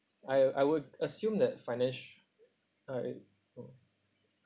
I I would assume that financ~ I mm